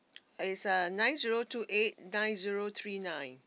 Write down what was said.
is err nine zero two eight nine zero three nine